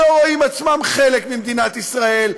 לא רואים את עצמם חלק ממדינת ישראל,